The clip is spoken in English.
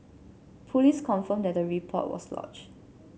police confirmed that the report was lodged